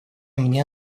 мне